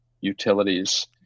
utilities